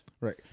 right